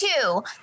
two